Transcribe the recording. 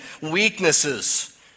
weaknesses